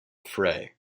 fray